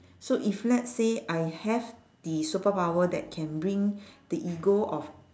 so if let's say I have the superpower that can bring the ego of